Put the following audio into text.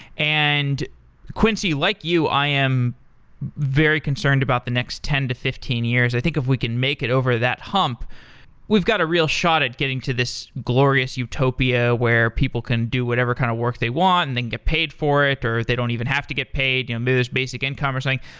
and quincy, like you, i am very concerned about the next ten to fifteen years. i think if we can make it over that hump we've got a real shot at getting to this glorious utopia where people can do whatever kind of work they want and then get paid for it, or they don't even have to get paid you know most basic income or something.